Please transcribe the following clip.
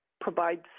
provides